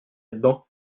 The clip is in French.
dedans